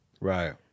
right